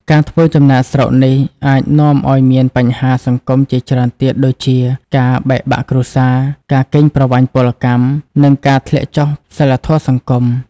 ការធ្វើចំណាកស្រុកនេះអាចនាំឱ្យមានបញ្ហាសង្គមជាច្រើនទៀតដូចជាការបែកបាក់គ្រួសារ ការកេងប្រវ័ញ្ចពលកម្ម និងការធ្លាក់ចុះសីលធម៌សង្គម។